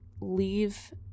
leave